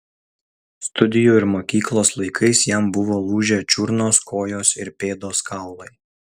studijų ir mokyklos laikais jam buvo lūžę čiurnos kojos ir pėdos kaulai